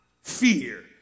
fear